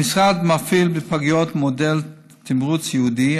המשרד מפעיל בפגיות מודל תמרוץ ייעודי,